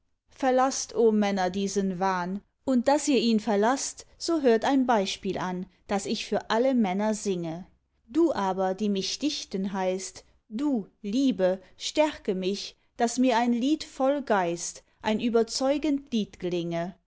verlaßt o männer diesen wahn und daß ihr ihn verlaßt so hört ein beispiel an das ich für alle männer singe du aber die mich dichten heißt du liebe stärke mich daß mir ein lied voll geist ein überzeugend